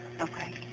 Okay